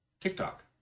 TikTok